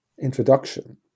introduction